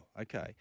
okay